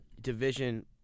division